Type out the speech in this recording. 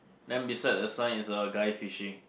then beside the sign is a guy fishing